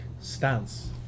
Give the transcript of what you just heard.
stance